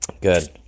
Good